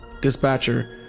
Dispatcher